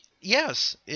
Yes